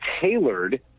tailored